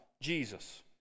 Jesus